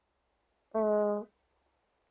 uh